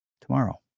tomorrow